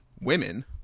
women